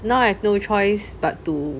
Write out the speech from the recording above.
now I have no choice but to